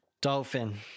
Dolphin